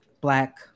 black